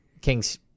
Kings